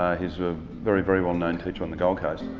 he's a very, very well known teacher on the gold coast,